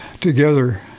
together